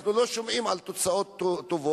אנחנו לא שומעים על תוצאות טובות,